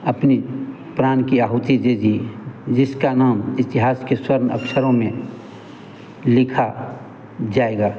अपनी प्राण की आहुति दे दिए जिसका नाम इतिहास के स्वर्ण अक्षरों में लिखा जाएगा